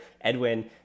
Edwin